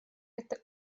это